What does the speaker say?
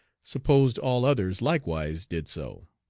supposed all others likewise did so.